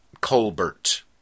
...Colbert